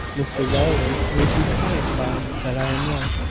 mr rowland would be satisfied that i am right,